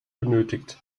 benötigt